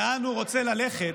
לאן הוא רוצה ללכת,